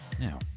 Now